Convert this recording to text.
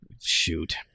shoot